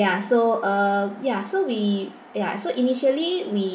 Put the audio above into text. ya so uh ya so we ya so initially we